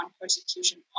persecution